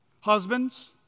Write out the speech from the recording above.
Husbands